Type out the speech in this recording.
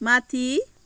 माथि